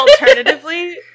Alternatively